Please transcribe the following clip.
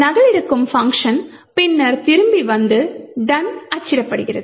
நகலெடுக்கும் பங்க்ஷன் பின்னர் திரும்பி வந்து "done" அச்சிடப்படுகிறது